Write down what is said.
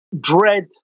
Dread